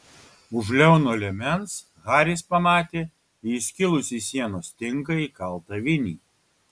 už liauno liemens haris pamatė į įskilusį sienos tinką įkaltą vinį